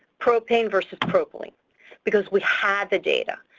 propane versus propylene because we had the data,